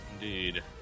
Indeed